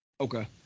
Okay